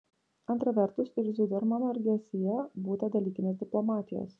antra vertus ir zudermano elgesyje būta dalykinės diplomatijos